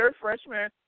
freshman